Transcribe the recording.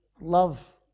Love